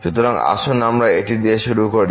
সুতরাং আসুন আমরা এটি দিয়ে শুরু করি